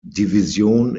division